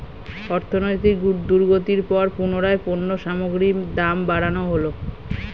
অর্থনৈতিক দুর্গতির পর পুনরায় পণ্য সামগ্রীর দাম বাড়ানো হলো